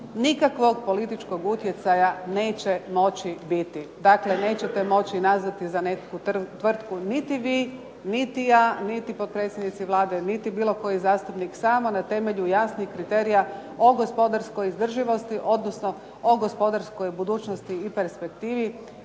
Nikakvog političkog utjecaja neće moći biti, dakle nećete moći nazvati za neku tvrtku niti vi, niti ja, niti potpredsjednici Vlade, niti bilo koji zastupnik. Samo na temelju jasnih kriterija o gospodarskoj izdrživosti, odnosno o gospodarskoj budućnosti i perspektivi